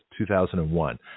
2001